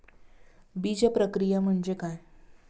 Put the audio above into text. बीजप्रक्रिया म्हणजे काय?